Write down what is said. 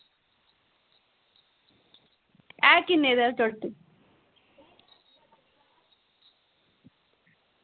ऐ किन्ने दा ते